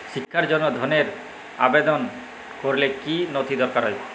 শিক্ষার জন্য ধনের আবেদন করলে কী নথি দরকার হয়?